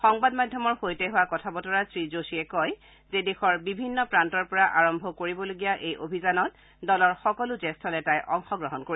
সংবাদ মাধ্যমৰ সৈতে হোৱা কথা বতৰাত শ্ৰীযোশীয়ে কয় যে দেশৰ বিভিন্ন প্ৰান্তৰ পৰা আৰম্ভ কৰিবলগীয়া এই অভিযানত দলৰ সকলো জ্যেষ্ঠ নেতাই অংশগ্ৰহণ কৰিব